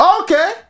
Okay